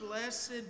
blessed